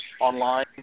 online